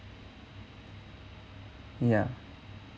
ya